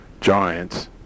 Giants